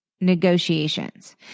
Negotiations